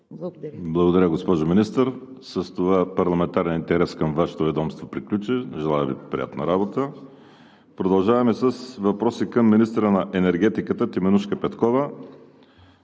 Благодаря, госпожо Министър. С това парламентарният интерес към Вашето ведомство приключи. Желая Ви приятна работа! Продължаваме с въпроси към министъра на енергетиката Теменужка Петкова.